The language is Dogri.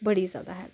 बड़ी ज्यादा हैल्प कीती